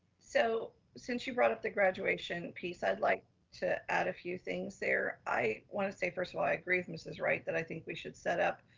so since you brought up the graduation piece, i'd like to add a few things there. i wanna say, first of all, i agree with mrs. wright that i think we should set up,